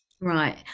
right